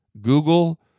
Google